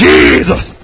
Jesus